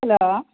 hello